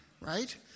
right